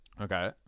Okay